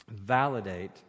validate